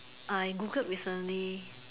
I Googled recently